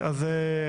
בסדר.